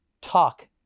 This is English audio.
talk